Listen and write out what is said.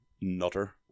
nutter